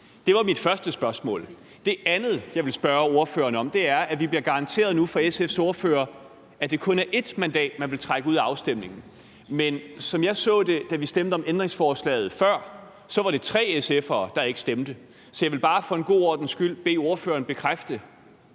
Det var mit første spørgsmål. Det andet, jeg vil spørge ordføreren om, handler om, at vi bliver garanteret nu fra SF's ordfører, at det kun er 1 mandat, man vil trække ud af afstemningen, men som jeg så det, da vi stemte om ændringsforslaget før, var det 3 SF'ere, der ikke stemte. Så jeg vil bare for en god ordens skyld bede ordføreren bekræfte,